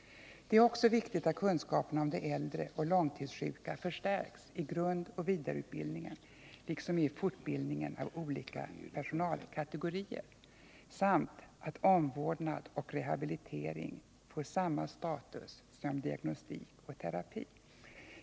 Det är också viktigt att kunskaperna om de äldre och långtidssjuka förstärks i grundoch vidareutbildningen liksom i fortbildningen av olika personalkategorier samt att omvårdnad och rehabilitering ges samma status som diagnostik och terapi.